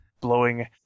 blowing